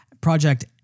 Project